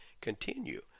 continue